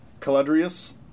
Caladrius